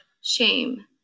shame